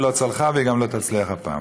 היא לא צלחה והיא גם לא תצליח אף פעם.